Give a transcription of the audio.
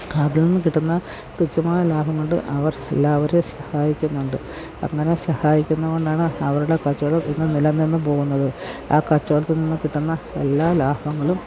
അതിൽ നിന്നു കിട്ടുന്ന തുച്ഛമായ ലാഭം കൊണ്ട് അവർ എല്ലാവരേയും സഹായിക്കുന്നുണ്ട് അങ്ങനെ സഹായിക്കുന്നതുകൊണ്ടാണ് അവരുടെ കച്ചവടം ഇന്നും നിലനിന്ന് പോകുന്നത് ആ കച്ചവടത്തിൽ നിന്നും കിട്ടുന്ന എല്ലാ ലാഭങ്ങളും